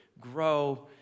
grow